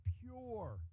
pure